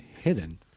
hidden